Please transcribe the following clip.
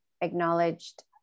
acknowledged